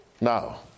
Now